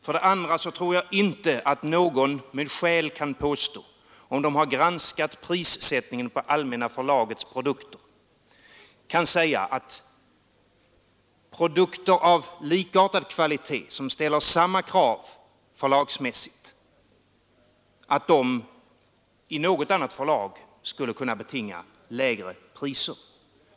För det andra tror jag inte att någon, som har granskat prissättningen på Allmänna förlagets produkter, med skäl kan påstå att produkter av likartad kvalitet som ställer samma krav förlagsmässigt i något annat förlag skulle kunna betinga lägre priser.